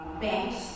Banks